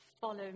follow